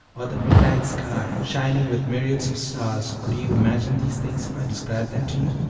or the midnight sky shining with myriads of stars, could you imagine these things if i described them to you?